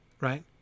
Right